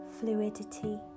Fluidity